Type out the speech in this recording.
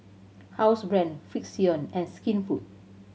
Housebrand Frixion and Skinfood